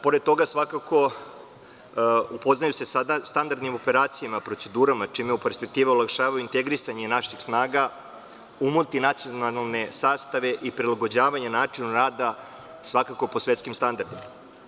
Pored toga, upoznaju se sa standardnim operacijama i procedurama, čime u perspektivi olakšavaju integrisanje naših snaga u multinacionalne sastave i prilagođavanje načinu rada po svetskim standardima.